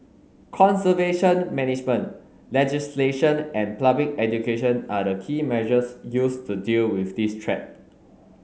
conservation management legislation and public education are the key measures used to deal with this threat